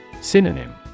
Synonym